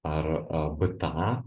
ar a bta